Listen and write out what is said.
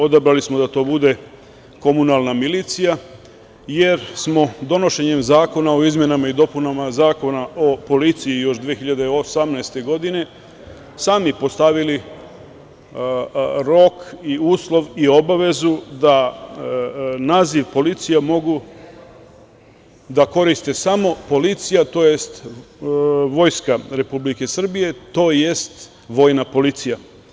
Odabrali smo da to bude komunalna milicija, jer smo donošenjem Zakona o izmenama i dopunama Zakona o policiji još 2018. godine sami postavili rok i uslov i obavezu da naziv policija mogu da koriste samo policija tj. Vojska Republike Srbije, tj. vojna policija.